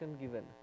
given